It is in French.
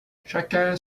chacun